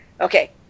Okay